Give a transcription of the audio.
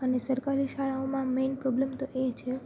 અને સરકારી શાળાઓમાં મેઈન પ્રોબ્લેમ તો એ છે